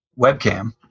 webcam